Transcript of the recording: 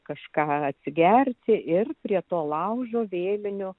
kažką atsigerti ir prie to laužo vėlinių